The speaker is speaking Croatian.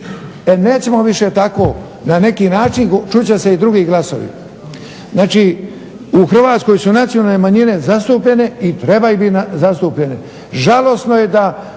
E nećemo više tako, na neki način čut će se i drugi glasovi. Znači, u Hrvatskoj su nacionalne manjine zastupljene i trebaju biti zastupljene. Žalosno je da,